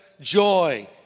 joy